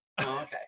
Okay